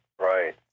right